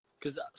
cause